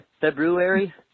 February